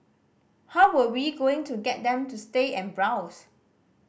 how were we going to get them to stay and browse